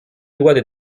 doigts